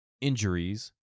injuries